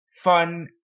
fun